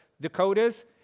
Dakotas